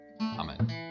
Amen